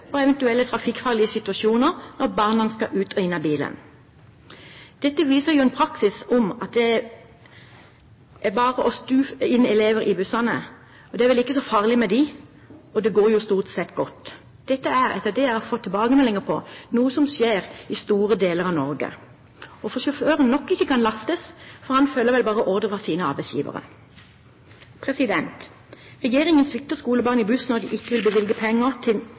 og eventuelle trafikkfarlige situasjoner når barna skal ut av og inn i bilen. Dette viser en praksis med at det bare er å stue elever inn i bussene – det er vel ikke så farlig med dem, og det går jo stort sett godt. Dette er, etter hva jeg har fått tilbakemeldinger om, noe som skjer i store deler av Norge. Og sjåføren kan ikke lastes, for han følger jo bare ordre fra sin arbeidsgiver. Regjeringen svikter skolebarn i buss når de ikke vil bevilge nok penger til